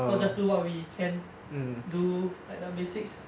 so just do what we can do like the basics